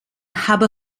habe